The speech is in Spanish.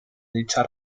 dicha